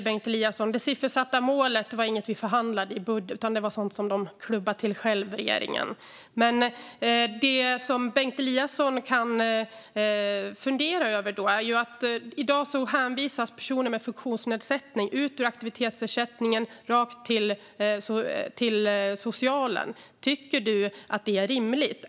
Fru talman! De siffersatta målen var inget vi förhandlade i budget, utan det var sådant som regeringen klubbade själv. Det som Bengt Eliasson måste fundera över är att i dag hänvisas personer med funktionsnedsättning ut ur aktivitetsersättningen och raka vägen till socialen. Tycker du att det är rimligt, Bengt Eliasson?